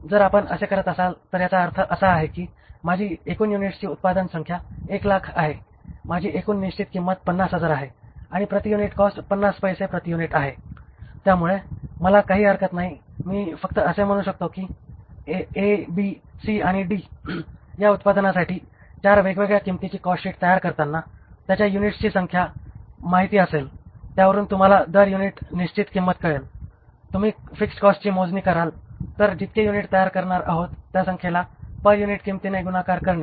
जर आपण असे करत असाल तर याचा अर्थ असा आहे की माझी एकूण युनिटची उत्पादन संख्या 100000 आहे माझी एकूण निश्चित किंमत 50000 आहे आणि प्रति युनिट कॉस्ट 50 पैसे प्रति युनिट आहे त्यामुळे मला काही हरकत नाही मी फक्त असे म्हणू शकतो A B C आणि D या उत्पादनासाठी चार वेगवेगळ्या किंमतींची कॉस्टशीट तयार करताना त्यांच्या युनिट्स ची संख्या माहिती असेल त्यावरून तुम्हाला दर युनिट निश्चित किंमत कळेल तुम्ही फिक्स्ड कॉस्टची मोजणी कराल तर जितके युनिट तयार करणार आहोत त्या संख्येला पर युनिट किंमतीने गुणाकार करणे